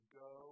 go